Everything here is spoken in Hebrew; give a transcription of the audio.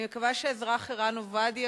אני מקווה שהאזרח ערן עובדיה,